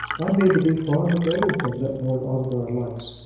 i mean to be fond of everything that lord ongar likes.